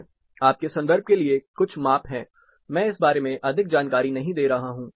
आपके संदर्भ के लिए कुछ माप है मैं इस बारे में अधिक जानकारी नहीं दे रहा हूं